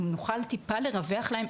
אם נוכל לרווח להם,